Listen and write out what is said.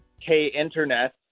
K-Internet